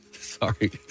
sorry